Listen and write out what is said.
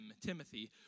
Timothy